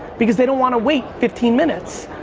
because they don't wanna wait fifteen minutes.